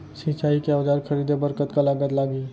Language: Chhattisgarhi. सिंचाई के औजार खरीदे बर कतका लागत लागही?